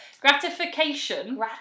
gratification